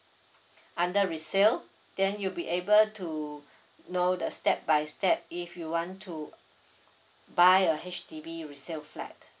under resale then you'll be able to know the step by step if you want to buy a H_D_B resale flat